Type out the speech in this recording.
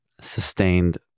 sustained